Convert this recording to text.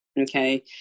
okay